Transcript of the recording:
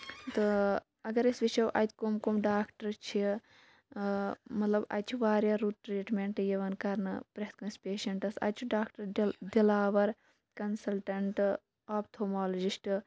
تہٕ اَگر أسۍ وُچھو اَتہِ کٕم کٕم ڈاکٹر چھِ مطلب اَتہِ چھُ واریاہ رُت ٹریٖٹمینٹ یِوان کرنہٕ پرٮ۪تھ کٲنسہِ پیشَنٹَس اَتہِ چھُ ڈاکٹر دِلاوَر کَنسَلٹَنٹ آپتھومالجِسٹ